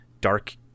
dark